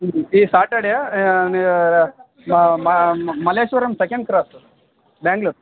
ಈ Saturday Malleshwaram second cross Bangalore